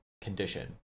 condition